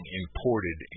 imported